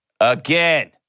again